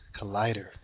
Collider